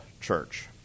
church